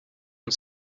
und